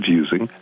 using